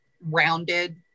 rounded